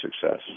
success